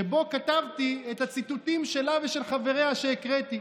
שבו כתבתי את הציטוטים שלה ושל חבריה שהקראתי.